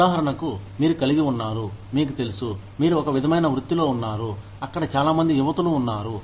ఉదాహరణకు మీరు కలిగి ఉన్నారు మీకు తెలుసు మీరు ఒక విధమైన వృత్తిలో ఉన్నారు అక్కడ చాలామంది యువతులు ఉన్నారు